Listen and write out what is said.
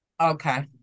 Okay